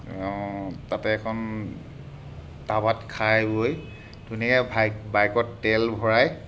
তাতে এখন ধাবাত খাই বৈ ধুনীয়া ভাই বাইকত তেল ভৰাই